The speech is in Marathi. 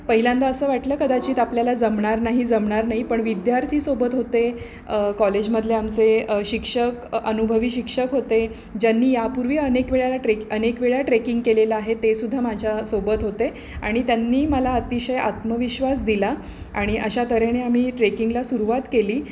पहिल्यांदा असं वाटलं कदाचित आपल्याला जमणार नाही जमणार नाही पण विद्यार्थी सोबत होते कॉलेजमधले आमचे शिक्षक अ अनुभवी शिक्षक होते ज्यांनी यापूर्वी अनेक वेळेला ट्रेक अनेक वेळा ट्रेकिंग केलेलं आहे तेसुद्धा माझ्यासोबत होते आणि त्यांनी मला अतिशय आत्मविश्वास दिला आणि अशा तऱ्हेने आम्ही ट्रेकिंगला सुरुवात केली